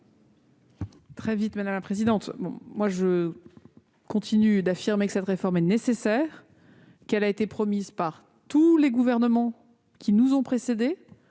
est à Mme la ministre. Je continue d'affirmer que cette réforme est nécessaire. Elle a été promise par tous les gouvernements qui nous ont précédés.